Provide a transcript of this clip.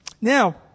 Now